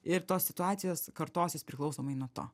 ir tos situacijos kartosis priklausomai nuo to